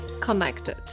Connected